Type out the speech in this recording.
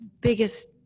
biggest